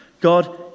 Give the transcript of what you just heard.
God